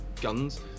guns